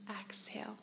exhale